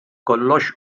kollox